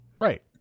Right